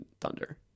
Thunder